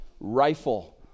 rifle